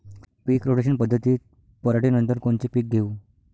पीक rotation पद्धतीत पराटीनंतर कोनचे पीक घेऊ?